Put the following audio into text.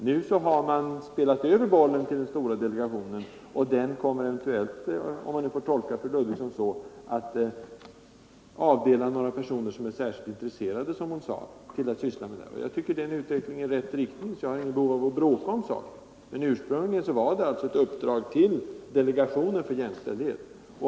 Nu har man spelat över bollen till den stora delegationen, och den kommer eventuellt — om jag får tolka fru Ludvigssons ord så — att avdela några särskilt intresserade personer till att syssla med dessa frågor. Det tycker jag är en utveckling i rätt riktning, så jag har inget behov av att bråka om den saken. Men ursprungligen var det alltså ett uppdrag till delegationen för jämställdhet.